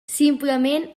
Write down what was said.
simplement